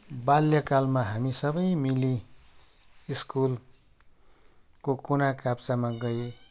बाल्यकालमा हामी सबै मिली स्कुलको कुना काप्चामा गइ